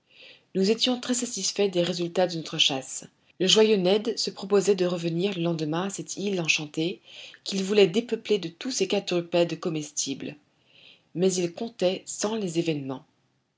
nous étions très satisfaits des résultats de notre chasse le joyeux ned se proposait de revenir le lendemain à cette île enchantée qu'il voulait dépeupler de tous ses quadrupèdes comestibles mais il comptait sans les événements